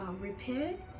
repent